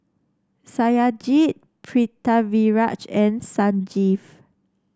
Satyajit Pritiviraj and Sanjeev